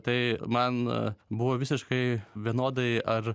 tai man buvo visiškai vienodai ar